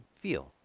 feel